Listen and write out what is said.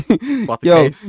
yo